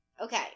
Okay